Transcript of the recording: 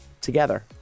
together